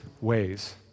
ways